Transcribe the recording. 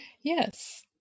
Yes